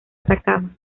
atacama